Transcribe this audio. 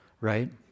right